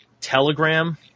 telegram